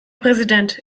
präsident